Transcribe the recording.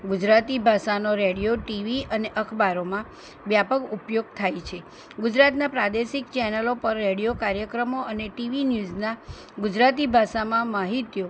ગુજરાતી ભાષાનો radio TV અને અખબારોમાં વ્યાપક ઉપયોગ થાય છે ગુજરાતનાં પ્રાદેશિક ચેનલો પર રેડિયો કાર્યક્રમો અને ટીવી ન્યૂઝના ગુજરાતી ભાષામાં માહિતીઓ